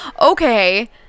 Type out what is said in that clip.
okay